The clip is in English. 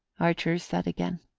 archer said again,